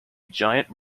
giant